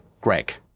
greg